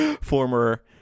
Former